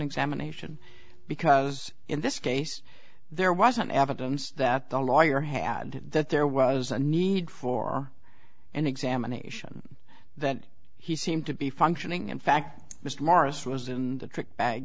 examination because in this case there wasn't evidence that the lawyer had that there was a need for an examination that he seemed to be functioning in fact mr maurice was in the trick bag